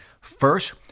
first